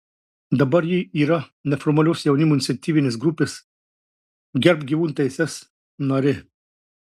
dabar ji yra neformalios jaunimo iniciatyvinės grupės gerbk gyvūnų teises narė